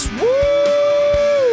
woo